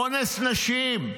אונס נשים.